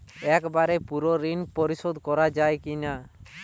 একবারে পুরো ঋণ পরিশোধ করা যায় কি না?